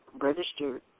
registered